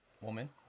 woman